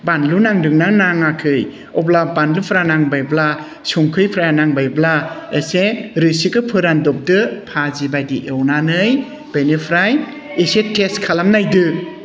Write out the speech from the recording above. बानलु नांदों ना नाङाखै जेब्ला बानलुफोरा नांबायब्ला संख्रिफ्रा नांबायब्ला एसे रोसिखौ फोरानदबदो भाजि बायदि एवनानै बेनिफ्राय एसे टेस्ट खालामनायदो